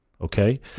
Okay